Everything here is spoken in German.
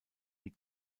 die